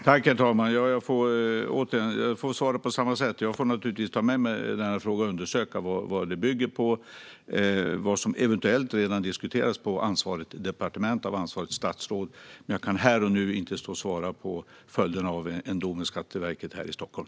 Herr talman! Jag får svara på samma sätt som förut: Jag får naturligtvis ta med mig denna fråga och undersöka vad det hela bygger på och vad som eventuellt redan har diskuterats av ansvarigt statsråd på ansvarigt departement. Men jag kan inte här och nu svara på följderna av ett beslut av Skatteverket här i Stockholm.